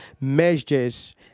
measures